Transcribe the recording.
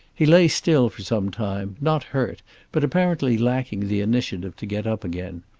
he lay still for some time not hurt but apparently lacking the initiative to get up again.